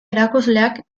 erakusleak